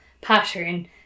pattern